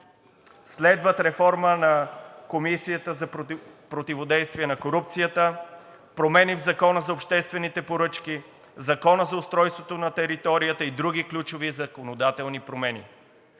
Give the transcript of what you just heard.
Следват реформа на Комисията за противодействие на корупцията, промени в Закона за обществените поръчки, Закона за устройството на територията и други ключови законодателни промени.